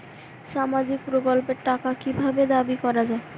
সামাজিক প্রকল্পের টাকা কি ভাবে দাবি করা হয়?